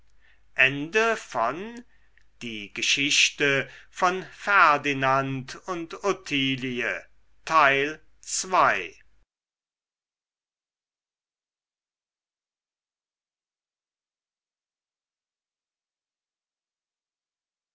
die geschichte von ferdinand und ottilie